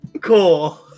Cool